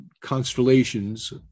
constellations